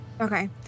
Okay